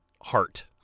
heart